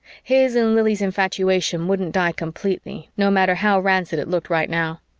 his and lili's infatuation wouldn't die completely, no matter how rancid it looked right now.